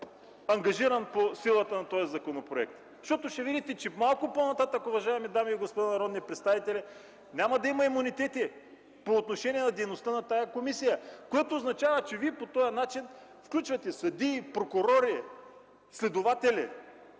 ангажиран по силата на този законопроект, защото ще видите, че малко по-нататък, уважаеми дами и господа народни представители, няма да има имунитети по отношение на дейността на тази комисия, което означава, че Вие по този начин включвате съдии, прокурори, следователи,